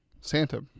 santa